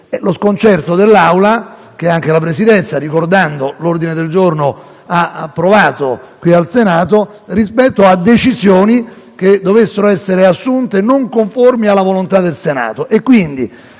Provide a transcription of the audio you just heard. lo sconcerto dell'Aula (che è anche della Presidenza, ricordando l'ordine del giorno approvato in Senato) rispetto a decisioni che dovessero essere assunte non conformi alla volontà del Senato.